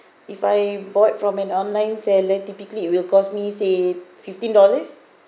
if I bought from an online seller typically it will cost me say fifteen dollars